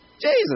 Jesus